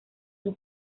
sus